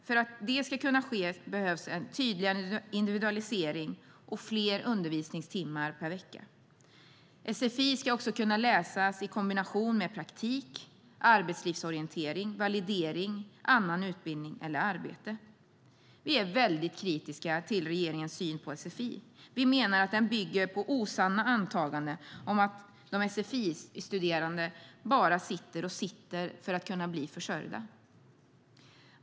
För att det ska kunna ske behövs en tydligare individualisering och fler undervisningstimmar per vecka. Sfi ska kunna läsas i kombination med praktik, arbetslivsorientering, validering, annan utbildning eller arbete. Vi är mycket kritiska till regeringens syn på sfi. Vi menar att den bygger på osanna antaganden om att de sfi-studerande "bara sitter och sitter för att kunna bli försörjda".